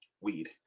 weed